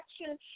action